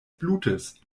blutes